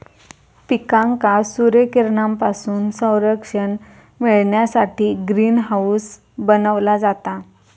पिकांका सूर्यकिरणांपासून संरक्षण मिळण्यासाठी ग्रीन हाऊस बनवला जाता